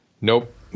nope